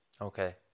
Okay